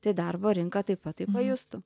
tai darbo rinka taip pat tai pajustų